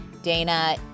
Dana